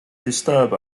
disturb